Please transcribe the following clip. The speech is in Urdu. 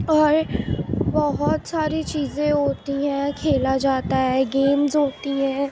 اور بہت ساری چیزیں ہوتی ہیں کھیلا جاتا ہے گیمز ہوتی ہیں